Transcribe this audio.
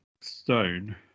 Stone